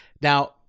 Now